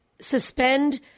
suspend